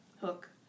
hook